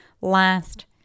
last